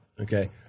Okay